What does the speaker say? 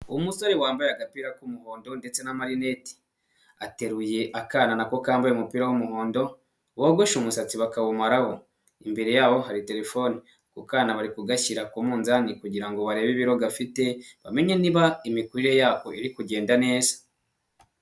Umusore wambaye agapira k'umuhondo ndetse na marineti, ateruye akana nako kambaye umupira w'umuhondo wogosha umusatsi bakawumaraho, imbere yabo hari telefoni ako kana bari kugashyira ku munzani kugira ngo barebe ibiroga bafite, bamenye niba imikurire yako iri kugenda neza.